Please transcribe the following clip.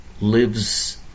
lives